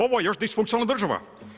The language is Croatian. Ovo je još disfunkcionalna država.